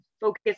focus